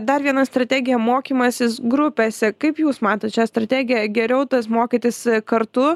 dar viena strategija mokymasis grupėse kaip jūs matot šią strategiją geriau tas mokytis kartu